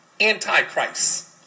Antichrist